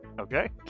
Okay